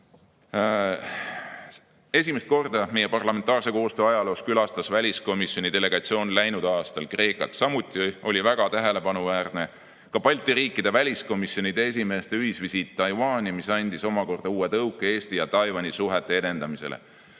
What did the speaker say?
Esimest korda meie parlamentaarse koostöö ajaloos külastas väliskomisjoni delegatsioon läinud aastal Kreekat. Samuti oli väga tähelepanuväärne Balti riikide väliskomisjonide esimeeste ühisvisiit Taiwani, sest see andis omakorda uue tõuke Eesti ja Taiwani suhete edendamisele.